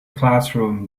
classroom